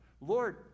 Lord